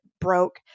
broke